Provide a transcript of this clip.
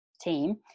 team